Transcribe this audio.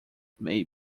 may